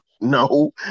no